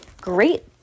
Great